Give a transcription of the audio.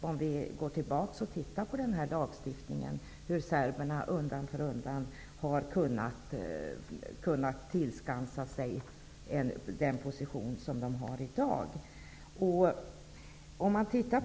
Om man ser tillbaka på lagstiftningen, finner man hur serberna undan för undan har kunnat tillskansa sig den position som de i dag har.